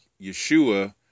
Yeshua